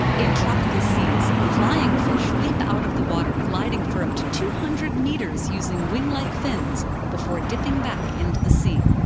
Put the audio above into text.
in tropical seas, flying fish leap out of the water, gliding for up to two hundred meters using wing-like fins, before dipping back into the sea.